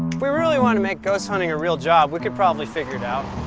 we really wanted to make ghost hunting a real job we could probably figure it out.